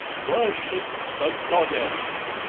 worship the goddess!